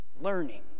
learning